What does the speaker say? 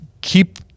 keep